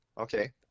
Okay